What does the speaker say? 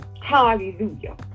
Hallelujah